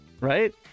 Right